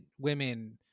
women